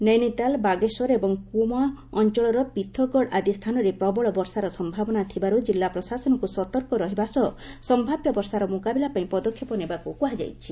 ନୈନିତାଲ ବାଗେଶ୍ୱର ଏବଂ କୁମାଓଁ ଅଞ୍ଚଳର ପିଥୋଗଡ଼ ଆଦି ସ୍ଥାନରେ ପ୍ରବଳ ବର୍ଷାର ସମ୍ଭାବନା ଥିବାରୁ ଜିଲ୍ଲା ପ୍ରଶାସନକୁ ସତର୍କ ରହିବା ସହ ସମ୍ଭାବ୍ୟ ବର୍ଷାର ମୁକାବିଲା ପାଇଁ ପଦକ୍ଷେପ ନେବାକୁ କୁହାଯାଇଛି